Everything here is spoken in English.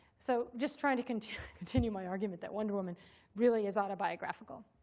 so just trying to continue continue my argument that wonder woman really is autobiographical